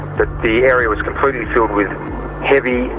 that the area was completely filled with heavy,